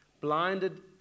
blinded